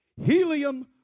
helium